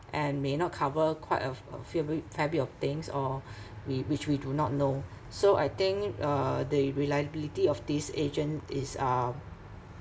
and may not cover quite a f~ a fair bit fair bit of things or whi~ which we do not know so I think uh the reliability of this agent is uh